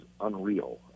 unreal